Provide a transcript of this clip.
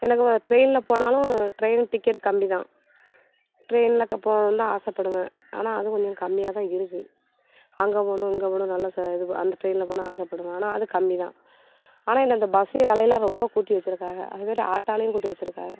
எனக்கு வ ட்ரெயினில் போனாலும் ட்ரெயின் டிக்கெட்டு கம்மி தான் ட்ரெயினில் க போகணுன்னு தான் ஆசைப்படுவேன் ஆனால் அது கொஞ்சம் கம்மியாக தான் இருக்குது அங்கே போகணும் இங்கே போகணும் நல்ல ச இது அந்த ட்ரெயினில் போனா ஆசைப்படுவேன் ஆனால் அது கம்மி தான் ஆனால் இந்த பஸ்ஸு விலையெல்லாம் ரொம்ப கூட்டி வச்சுருக்காங்க அது மாதிரி ஆட்டோலேயும் கூட்டி வச்சுருக்காங்க